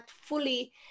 fully